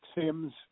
Sims